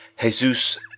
Jesus